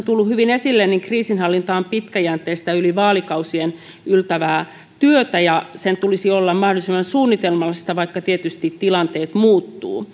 tullut hyvin esille kriisinhallinta on pitkäjänteistä yli vaalikausien yltävää työtä ja sen tulisi olla mahdollisimman suunnitelmallista vaikka tietysti tilanteet muuttuvat